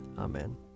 Amen